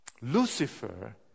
Lucifer